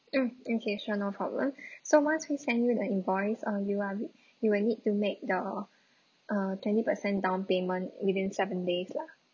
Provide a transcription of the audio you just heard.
mm okay sure no problem so once we send you the invoice uh you are you will need to make the uh twenty percent down payment within seven days lah